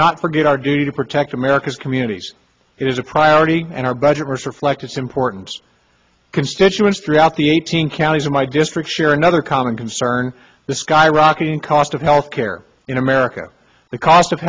not forget our duty to protect america's can unities it is a priority and our budget must reflect it's important constituents throughout the eighteen counties in my district share another common concern the skyrocketing cost of health care in america the cost of